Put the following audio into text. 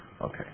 Okay